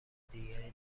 دیگری